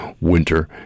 winter